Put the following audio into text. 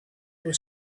was